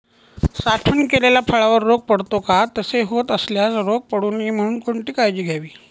साठवण केलेल्या फळावर रोग पडतो का? तसे होत असल्यास रोग पडू नये म्हणून कोणती काळजी घ्यावी?